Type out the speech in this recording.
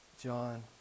John